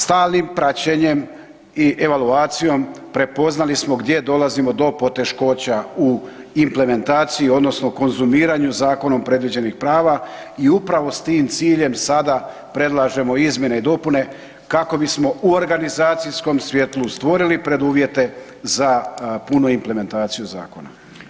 Stalnim praćenjem i evaluacijom prepoznali smo gdje dolazimo do poteškoća u implementaciji odnosno konzumiranju zakonom predviđenih prava i upravo s tim ciljem sada predlažemo izmjene i dopune kako bismo u organizacijskom svjetlu stvorili preduvjete za punu implementaciju zakona.